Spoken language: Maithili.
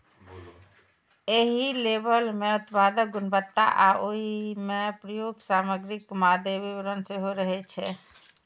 एहि लेबल मे उत्पादक गुणवत्ता आ ओइ मे प्रयुक्त सामग्रीक मादे विवरण सेहो रहै छै